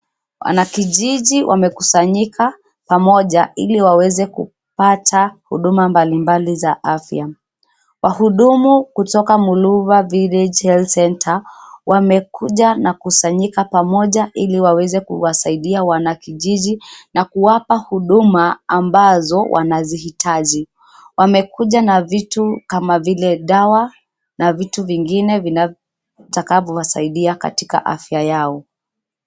Wanakijiji wamekusanyika pamoja ili waweze kupata huduma mbalimbali za Afya. Wahudumu kutoka Muluva village health centre{cs} wamekuja na kukusanyika pamoja ili waweze kuwasaidia wanakijiji na kuwapa huduma ambazo wanazihitaji. Wamekuja na vitu kama vile: dawa, na vitu vingine vitakavyo wasaidia katika Afya yao.